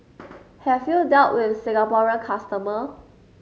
have you dealt with Singaporean customer